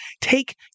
Take